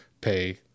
pay